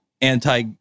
anti